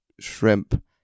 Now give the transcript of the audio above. shrimp